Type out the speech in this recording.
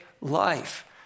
life